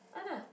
!han nah!